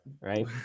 right